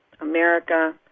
America